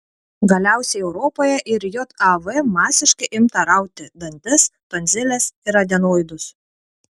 galiausiai europoje ir jav masiškai imta rauti dantis tonziles ir adenoidus